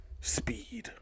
Speed